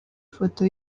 ifoto